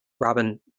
Robin